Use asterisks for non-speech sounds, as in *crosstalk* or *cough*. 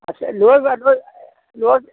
अच्छा लोग *unintelligible* लोग